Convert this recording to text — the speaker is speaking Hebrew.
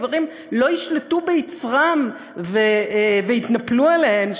גברים לא ישלטו ביצרם ויתנפלו עליהן,